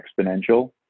exponential